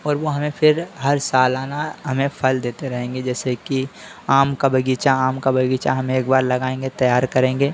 और वह हमें फिर हर सालाना हमें फल देते रहेंगे जैसे कि आम का बगीचा आम का बगीचा हम एक बार लगाएँगे तैयार करेंगे